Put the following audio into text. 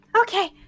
Okay